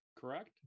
correct